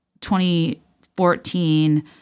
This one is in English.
2014